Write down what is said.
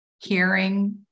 Hearing